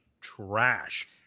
trash